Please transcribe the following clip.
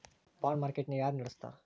Bond market ನ ಯಾರ್ನಡ್ಸ್ತಾರ?